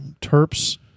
Terps